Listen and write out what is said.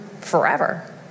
forever